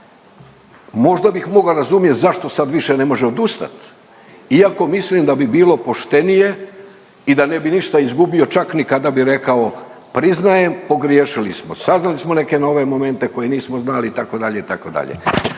Možda bih mogao razumjet zašto sad više ne može odustat iako mislim da bi bilo poštenije i da ne bi ništa izgubio čak ni kada bi rekao priznajem, pogriješili smo, saznali smo neke nove momente koje nismo znali itd.,